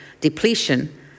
depletion